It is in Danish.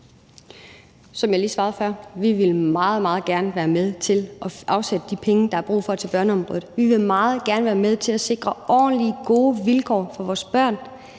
meget, meget gerne være med til at afsætte de penge, der er brug for, til børneområdet. Vi vil meget gerne være med til at sikre ordentlige, gode vilkår for vores børn.